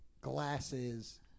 glasses